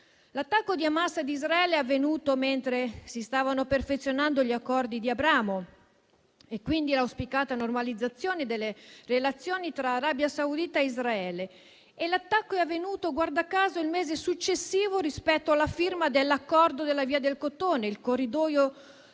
L'attacco di Hamas a Israele è avvenuto mentre si stavano perfezionando gli Accordi di Abramo e quindi l'auspicata normalizzazione delle relazioni tra Arabia Saudita e Israele e l'attacco è avvenuto, guarda caso, il mese successivo rispetto alla firma dell'Accordo della via del Cotone, il corridoio